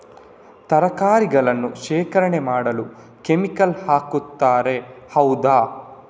ತರಕಾರಿಗಳನ್ನು ಶೇಖರಣೆ ಮಾಡಲು ಕೆಮಿಕಲ್ ಹಾಕುತಾರೆ ಹೌದ?